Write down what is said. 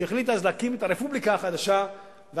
שהחליט אז להקים את הרפובליקה החדשה ועשה